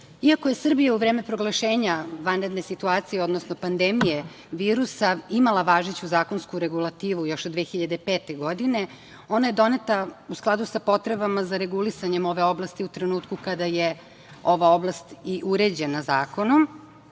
je Srbija u vreme proglašenja vanredne situacije, odnosno pandemije virusa imala važeću zakonsku regulativu još od 2005. godine, ona je doneta u skladu sa potrebama za regulisanje ove oblasti u trenutku kada je ova oblast i uređena zakonom.